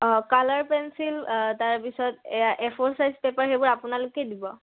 অঁ colour pencil তাৰপিছত এয়া এফ'ৰ ছাইজ পেপাৰ সেইবোৰ আপোনালোকেই দিব